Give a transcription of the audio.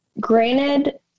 Granted